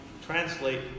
translate